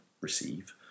receive